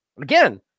Again